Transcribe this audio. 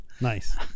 Nice